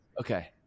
Okay